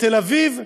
בתל-אביב,